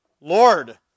Lord